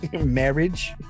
Marriage